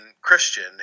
Christian